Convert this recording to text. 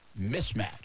mismatch